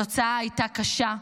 התוצאה הייתה קשה,